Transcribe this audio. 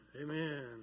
Amen